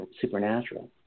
supernatural